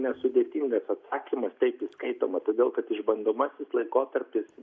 nesudėtingas atsakymas taip įskaitoma todėl kad išbandomasis laikotarpis